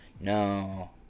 no